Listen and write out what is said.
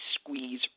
squeeze